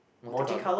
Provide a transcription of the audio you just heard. Monte Carlo